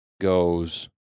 goes